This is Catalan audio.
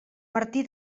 martí